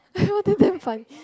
!wah! they damn funny